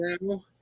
now